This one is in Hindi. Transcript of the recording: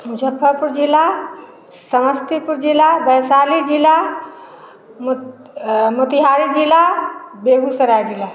मुज़फ़्फ़रपुर ज़िला समस्तीपुर ज़िला वैशाली ज़िला मुत मोतीहारी ज़िला बेगुसराय ज़िला